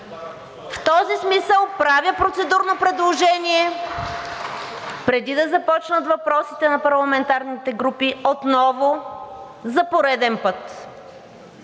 В този смисъл правя процедурно предложение, преди да започнат въпросите на парламентарните групи отново, за пореден път,